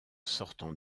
sortant